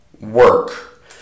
work